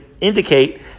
indicate